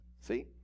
See